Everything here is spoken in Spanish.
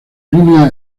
línea